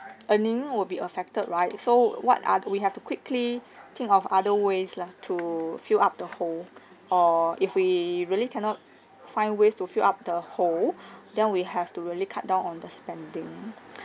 earning will be affected right so what are the we have to quickly think of other ways lah to fill up the hole or if we really cannot find ways to fill up the hole then we have to really cut down on the spending